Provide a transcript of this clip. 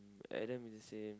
Adam is the same